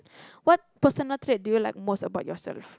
what personal trait do you like most about yourself